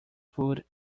food